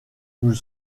nous